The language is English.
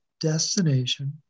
destination